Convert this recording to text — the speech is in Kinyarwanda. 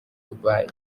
dubai